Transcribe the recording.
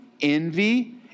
envy